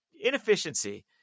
Inefficiency